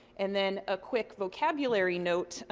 and then a quick vocabulary note.